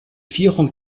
vierung